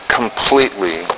completely